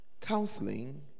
Counseling